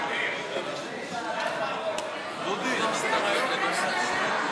אגרות והוצאות (תיקון מס' 21),